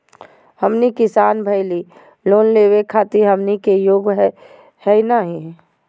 हमनी किसान भईल, लोन लेवे खातीर हमनी के योग्य हई नहीं?